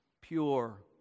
pure